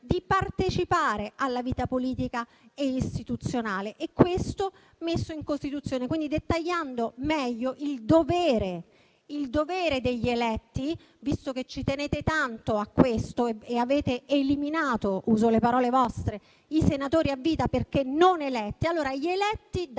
di partecipare alla vita politica e istituzionale. E questo viene messo in Costituzione, quindi dettagliando meglio il dovere degli eletti. Visto che ci tenete tanto a questo termine e avete eliminato, usando le parole vostre, i senatori a vita perché non eletti, allora gli eletti dal